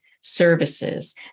services